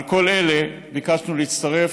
על כל אלה ביקשנו להצטרף,